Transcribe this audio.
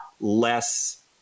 less